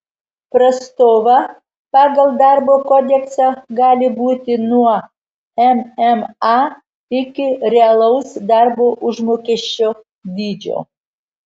prastova pagal darbo kodeksą gali būti nuo mma iki realaus darbo užmokesčio dydžio